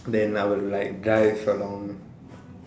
then I'll like drive along